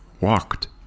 walked